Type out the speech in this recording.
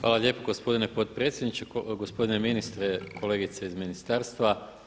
Hvala lijepo gospodine potpredsjedniče, gospodine ministre, kolegice iz ministarstva.